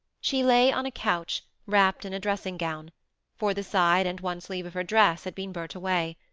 she lay on a couch, wrapped in a dressing-gown for the side and one sleeve of her dress had been burnt away.